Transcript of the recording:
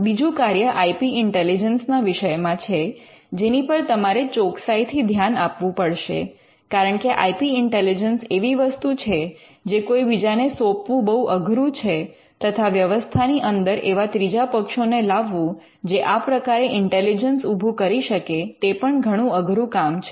બીજું કાર્ય I P intelligence ના વિષયમાં છે જેની પર તમારે ચોકસાઈથી ધ્યાન આપવું પડશે કારણકે આઇ પી ઇન્ટેલિજન્સ એવી વસ્તુ છે જે કોઈ બીજાને સોંપવું બહુ અઘરું છે તથા વ્યવસ્થા ની અંદર એવા ત્રીજા પક્ષોને લાવવું જે આ આ પ્રકારે ઇન્ટેલિજન્સ ઊભું કરી શકે તે પણ ઘણું અઘરું કામ છે